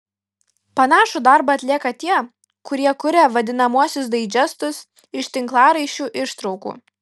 panašų darbą atlieka tie kurie kuria vadinamuosius daidžestus iš tinklaraščių ištraukų